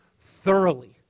thoroughly